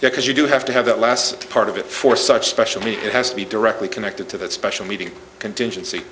because you do have to have that last part of it for such special me it has to be directly connected to special the meeting contingency